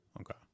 Okay